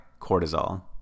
cortisol